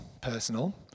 personal